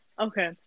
Okay